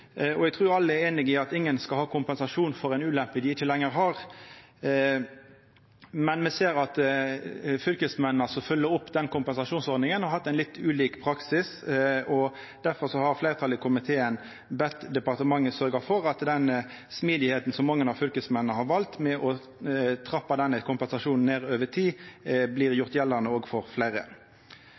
2007. Eg trur alle er einig i at ingen skal ha kompensasjon for ei ulempe som dei ikkje lenger har, men me ser at fylkesmennene som følgjer opp den kompensasjonsordninga, har hatt litt ulik praksis. Difor har fleirtalet i komiteen bedt departementet sørgja for at den smidigheita som mange fylkesmenn har valt, med å trappa ned denne kompensasjonen over tid, blir gjort gjeldande òg for fleire.